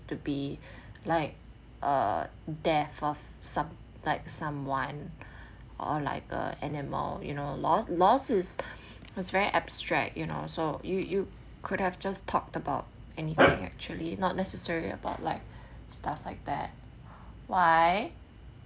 to be like uh death of some like someone or like a animal you know loss loss is was very abstract you know so you you could have just talked about anything actually not necessarily about like stuff like that why